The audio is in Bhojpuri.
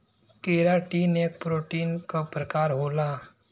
केराटिन एक प्रोटीन क प्रकार होला